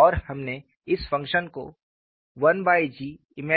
और हमने इस फंक्शन को 1G Im